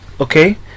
Okay